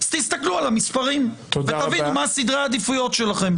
אז תסתכלו על המספרים ותבינו מה סדרי העדיפויות שלכם.